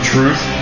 Truth